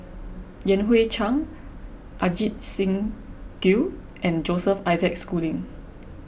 Yan Hui Chang Ajit Singh Gill and Joseph Isaac Schooling